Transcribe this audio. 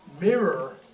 mirror